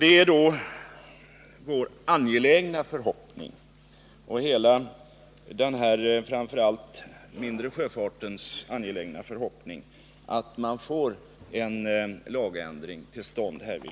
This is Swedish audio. Det är då vår livliga förhoppning att man — och framför allt är hela den mindre sjöfartens företrädare angelägna om detta — får en lagändring till stånd här.